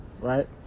Right